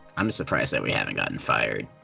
i'm just surprised that we haven't gotten fired.